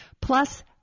plus